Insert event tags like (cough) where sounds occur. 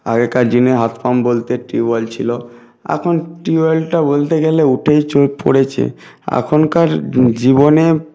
আগেকার দিনে হাত পাম্প বলতে টিউওয়েল ছিলো এখন টিউওয়েলটা বলতে গেলে উঠেই (unintelligible) পড়েছে এখনকার জীবনে